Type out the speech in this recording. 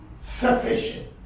sufficient